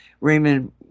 Raymond